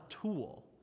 tool